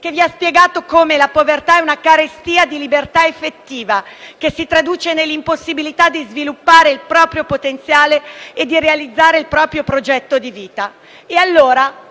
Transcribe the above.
le cose, spiegandovi come la povertà sia una carestia di libertà effettiva, che si traduce nell'impossibilità di sviluppare il proprio potenziale e di realizzare il proprio progetto di vita.